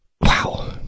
Wow